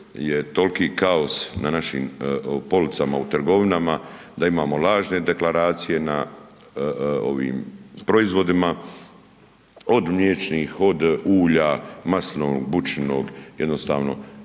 je toliki kao na našim policama u trgovinama da imamo lažne deklaracije na ovim proizvodima od mliječnih, od ulja, maslinovog, bućinog jednostavno